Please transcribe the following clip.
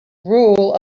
rule